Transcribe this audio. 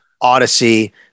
Odyssey